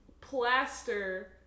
plaster